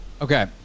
Okay